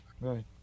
Right